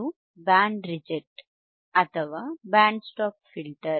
ಇದು band reject ಅಥವಾ band stop filter